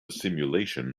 simulation